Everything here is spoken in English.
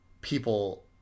people